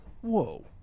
Whoa